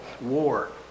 war